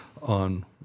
on